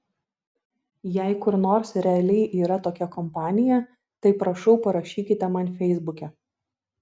jei kur nors realiai yra tokia kompanija tai prašau parašykite man feisbuke